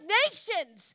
nations